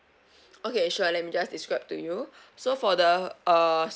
okay sure let me just describe to you so for the uh